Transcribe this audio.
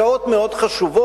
שעות מאוד חשובות.